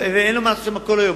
ואין לו מה לעשות שם כל היום.